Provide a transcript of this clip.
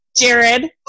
Jared